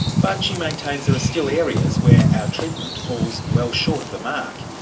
but she maintains there are still areas where our treatment falls well short of the mark,